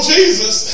Jesus